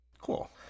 Cool